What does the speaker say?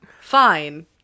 fine